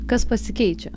kas pasikeičia